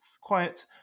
quiet